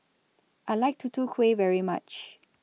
I like Tutu Kueh very much